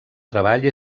treball